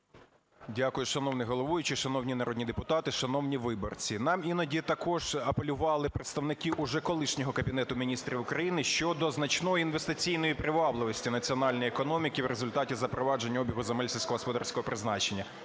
Дякую, шановний головуючий. Шановні народні депутати, шановні виборці, нам іноді також апелювали представники уже колишнього Кабінету Міністрів України щодо значної інвестиційної привабливості національної економіки в результаті запровадження обігу земель сільськогосподарського призначення.